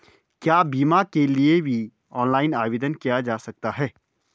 क्या बीमा के लिए भी ऑनलाइन आवेदन किया जा सकता है?